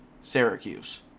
Syracuse